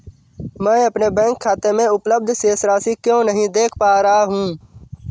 मैं अपने बैंक खाते में उपलब्ध शेष राशि क्यो नहीं देख पा रहा हूँ?